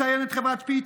מציינת חברת פיץ',